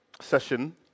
session